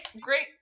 great